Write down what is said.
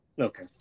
Okay